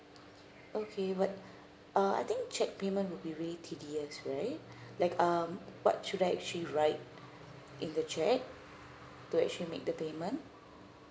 okay what uh I think cheque payment would be really tedious right like um what should actually write if the cheque to actually make the payment